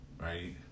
right